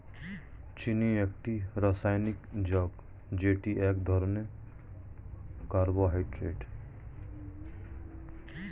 চিনি একটি রাসায়নিক যৌগ যেটি এক ধরনের কার্বোহাইড্রেট